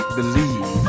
believe